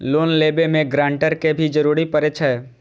Loan लेबे में grantor के भी जरूरी परे छै?